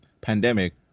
pandemic